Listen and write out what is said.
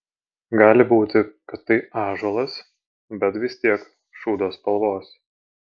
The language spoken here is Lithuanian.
gali būti kad tai ąžuolas bet vis tiek šūdo spalvos